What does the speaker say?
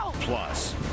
Plus